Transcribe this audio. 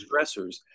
stressors